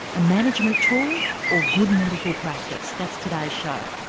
a management tool or good medical practice? that's today's show.